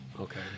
Okay